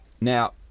Now